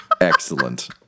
Excellent